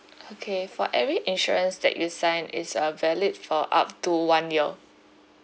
okay for every insurance that you sign is uh valid for up to one year